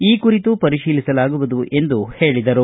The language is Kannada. ಈ ಕುರಿತು ಪರಿಶೀಲಿಸಲಾಗುವುದು ಎಂದು ಹೇಳದರು